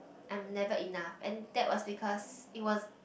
I'm never enough and that was because it was